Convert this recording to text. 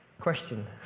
Question